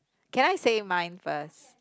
can I say mine first